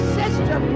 sister